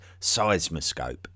seismoscope